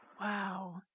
Wow